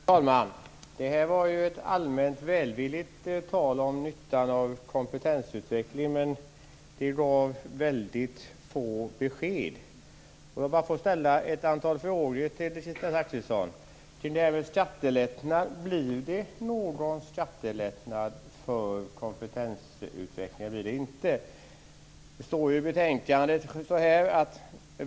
Fru talman! Detta var ju ett allmänt välvilligt tal om nyttan av kompetensutveckling, men det gav väldigt få besked. Jag vill ställa ett antal frågor till Kristina Zakrisson. Blir det någon skattelättnad för kompetensutveckling eller inte? Följande står ju i betänkandet.